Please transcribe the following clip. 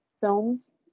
films